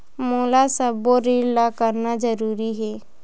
मोला सबो ऋण ला करना जरूरी हे?